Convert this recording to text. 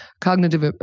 Cognitive